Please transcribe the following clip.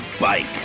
bike